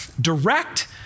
direct